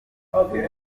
bafite